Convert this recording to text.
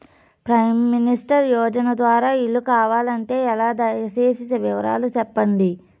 Prime minister యోజన ద్వారా ఇల్లు కావాలంటే ఎలా? దయ సేసి వివరాలు సెప్పండి?